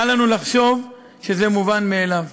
אל לנו לחשוב שזה מובן מאליו.